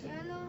ya lor